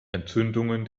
entzündungen